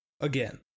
Again